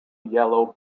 yellow